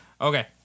Okay